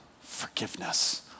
Forgiveness